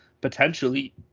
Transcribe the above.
potentially